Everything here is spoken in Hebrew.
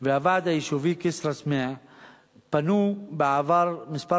והוועד היישובי כסרא-סמיע פנו בעבר כמה